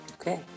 Okay